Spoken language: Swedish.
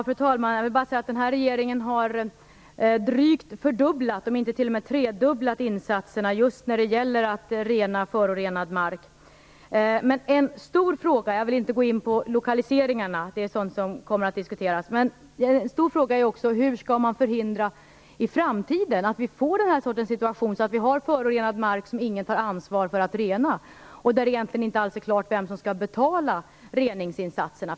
Fru talman! Den här regeringen har drygt fördubblat om inte t.o.m. tredubblat insatserna just när det gäller att rena förorenad mark. Jag vill inte gå in på lokaliseringarna. Det är sådant som kommer att diskuteras. En stor fråga är också hur man skall förhindra att vi i framtiden får en situation med förorenad mark som ingen tar ansvar för att rena. Det är där egentligen inte alls klart vem som skall betala reningsinsatserna.